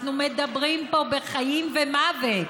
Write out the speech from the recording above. אנחנו מדברים פה בחיים ומוות.